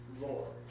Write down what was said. Lord